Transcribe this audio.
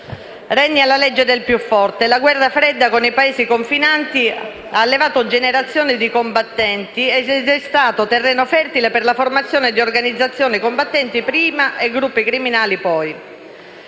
regna la legge del più forte. La guerra fredda con i Paesi confinanti ha allevato generazioni di combattenti ed è stata terreno fertile per la formazione di organizzazioni combattenti prima e di gruppi criminali poi.